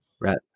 right